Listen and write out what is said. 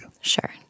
Sure